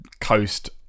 coast